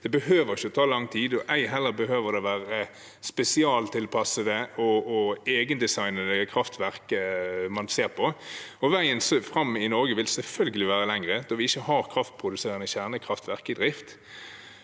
Det behøver ikke ta lang tid, og ei heller behøver det å være spesialtilpassede og egendesignede kraftverk man ser på. Veien fram i Norge vil selvfølgelig være lengre, da vi ikke har kraftproduserende kjernekraftverk i drift,